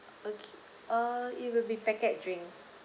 okay uh it will be packet drinks